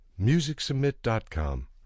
MusicSubmit.com